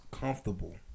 comfortable